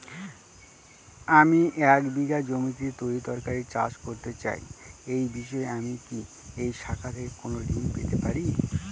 আমি এক বিঘা জমিতে তরিতরকারি চাষ করতে চাই এই বিষয়ে আমি কি এই শাখা থেকে কোন ঋণ পেতে পারি?